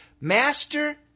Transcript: Master